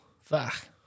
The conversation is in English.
Fuck